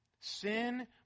Sin